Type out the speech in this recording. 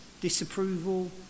Disapproval